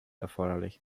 erforderlich